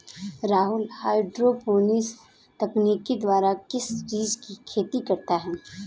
Rahul hydroponics तकनीक द्वारा किस चीज की खेती करता है?